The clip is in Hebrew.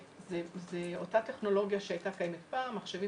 זו אותה טכנולוגיה שהייתה קיימת פעם, מחשבים